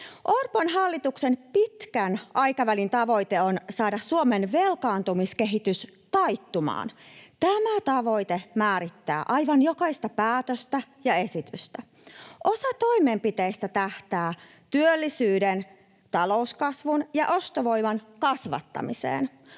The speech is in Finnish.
Orpon hallituksen pitkän aikavälin tavoite on saada Suomen velkaantumiskehitys taittumaan. Tämä tavoite määrittää aivan jokaista päätöstä ja esitystä. Osa toimenpiteistä tähtää työllisyyden, talouskasvun ja ostovoiman kasvattamiseen.